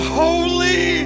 holy